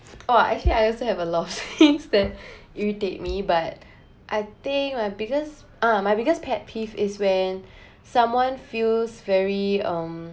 oh actually I also have a lots since that irritate me but I think my biggest ah my biggest pet peeve is when someone feels very um